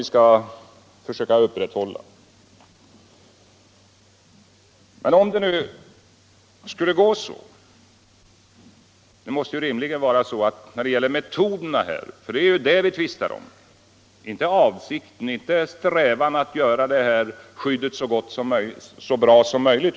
Men nu går uppfattningarna isär om metoderna att skydda de medborgerliga frioch rättigheterna. Jag vill understryka att det är metoderna vi tvistar om, för det råder ingen oenighet i fråga om avsikten, nämligen att dessa rättigheter skall få ett så gott skydd som möjligt.